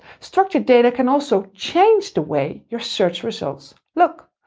structured data can also change the way your search results look.